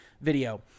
video